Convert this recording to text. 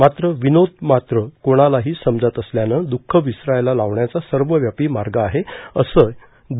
मात्र विनोद मात्र कोणालाही समजत असल्यानं द्रःख विसरायला लावण्याचा सर्वव्यापी मार्ग आहे असे द